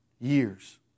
years